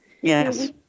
Yes